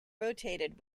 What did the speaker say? rotated